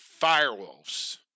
Firewolves